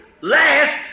last